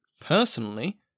Personally